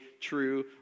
true